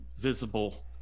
visible